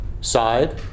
side